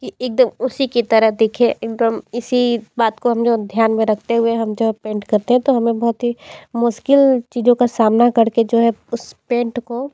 कि एकदम उसी की तरह दिखे एकदम इसी बात को हम जो ध्यान में रखते हुए हम जो है पेंट करते हैं तो हमें बहुत ही मुश्किल चीज़ों का सामना कर के जो है उस पेंट को